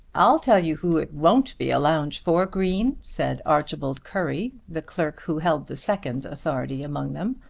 i'll tell you who it won't be a lounge for, green, said archibald currie, the clerk who held the second authority among them.